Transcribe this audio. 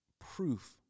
proof